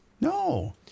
No